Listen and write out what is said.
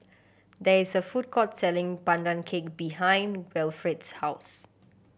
there is a food court selling Pandan Cake behind Wilfred's house